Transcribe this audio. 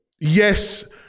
yes